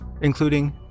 including